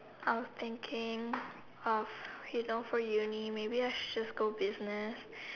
I was thinking of you know for uni I should just go business